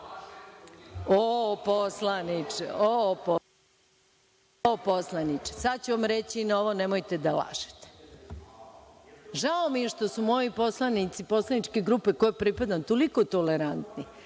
da lažete!)O, poslaniče, sad ću vam reći na ovo – nemojte da lažete. Žao mi je što su moji poslanici poslaničke grupe kojoj pripadam toliko tolerantni